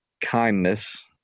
kindness